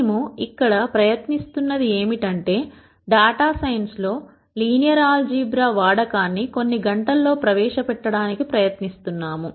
మేము ఇక్కడ ప్రయత్నిస్తున్నది ఏమిటంటే డేటా సైన్స్ లో లీనియర్ ఆల్ జీబ్రా వాడకాన్ని కొన్ని గంటల్లో ప్రవేశ పెట్టడానికి ప్రయత్నిస్తున్నాము